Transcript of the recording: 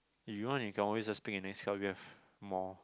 if you want you always pick just a nice one probably have more